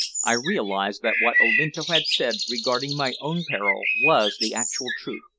i realized that what olinto had said regarding my own peril was the actual truth.